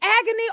agony